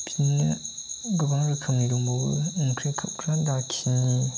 बिदिनो गोबां रोखोमनि दंबावो ओंख्रि खोबग्रा दाखिनि